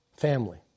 Family